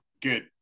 good